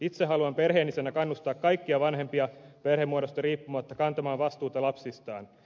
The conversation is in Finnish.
itse haluan perheenisänä kannustaa kaikkia vanhempia perhemuodosta riippumatta kantamaan vastuuta lapsistaan